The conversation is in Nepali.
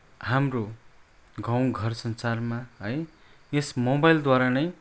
हाम्रो गाउँ घर संसारमा है यस मोबाइलद्वारा नै